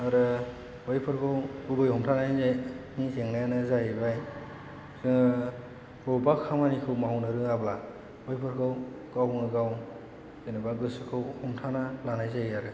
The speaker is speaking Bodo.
आरो बैफोरखौ गुबै हमथानायनि जेंनायानो जाहैबाय बबेबा खामानिखौ मावनो रोङाब्ला बैफोरखौ गावनो गाव जेनेबा गोसोखौ हमथाना लानाय जायो आरो